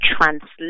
translate